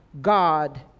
God